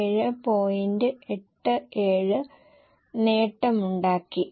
87 നേട്ടമുണ്ടാക്കി